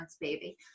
baby